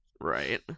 Right